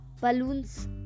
balloons